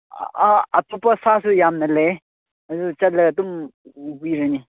ꯑꯇꯣꯞꯄ ꯁꯥꯁꯨ ꯌꯥꯝꯅ ꯂꯩꯌꯦ ꯑꯗꯨ ꯆꯠꯂꯒ ꯑꯗꯨꯝ ꯎꯕꯤꯔꯅꯤ